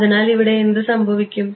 അതിനാൽ ഇവിടെ എന്ത് സംഭവിക്കും